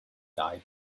died